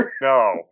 no